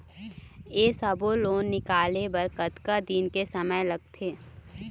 ये सब्बो लोन निकाले बर कतका दिन के समय लगथे?